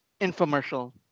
infomercial